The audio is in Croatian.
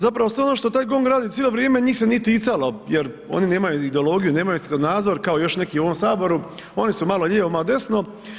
Zapravo sve ono što taj GONG radi cijelo vrijeme njih se nije ticalo jer oni nemaju ideologiju, nemaju svjetonazor, kao još neki u ovom Saboru, oni su malo lijevo, malo desno.